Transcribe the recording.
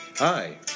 Hi